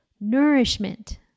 nourishment